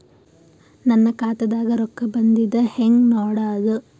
ನನ್ನ ಖಾತಾದಾಗ ರೊಕ್ಕ ಬಂದಿದ್ದ ಹೆಂಗ್ ನೋಡದು?